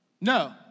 No